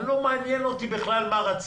לא מעניין אותי בכלל מה רציתי,